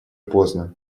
поздно